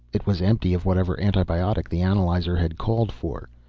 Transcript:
it was empty of whatever antibiotic the analyzer had called for.